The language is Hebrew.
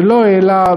שלא העלה,